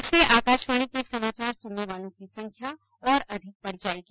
इससे आकाशवाणी के समाचार सुनने वालों की संख्या और अधिक बढ़ जाएगी